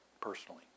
personally